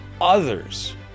others